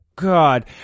God